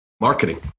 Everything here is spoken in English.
marketing